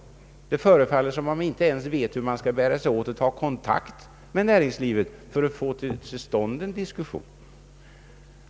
Det förefaller som om man inte ens vet hur man skall bära sig åt för att ta kontakt med näringslivet och få till stånd en diskussion.